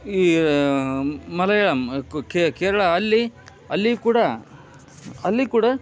ಈ ಮಲೆಯಾಳಂ ಕೇರಳ ಅಲ್ಲಿ ಅಲ್ಲಿಯೂ ಕೂಡ ಅಲ್ಲಿ ಕೂಡ